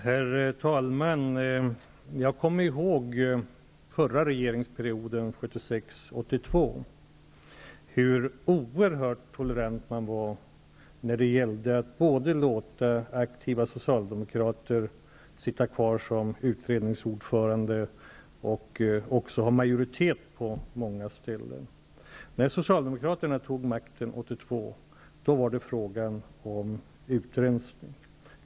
Herr talman! Jag kommer ihåg den förra borger liga regeringsperioden 1976--1982. Regeringen var oerhört tolerant när det gällde att både låta ak tiva socialdemokrater sitta kvar som utrednings ordförande och även ha majoritet i många styrel ser. När Socialdemokraterna tog makten 1982 var det fråga om utrensning.